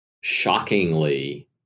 shockingly